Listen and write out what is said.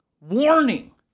warning